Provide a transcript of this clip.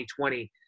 2020